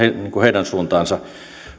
heidän suuntaansa